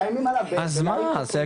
אז מה?